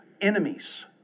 enemies